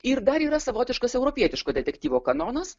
ir dar yra savotiškas europietiško detektyvo kanonas